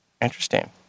interesting